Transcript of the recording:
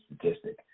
statistic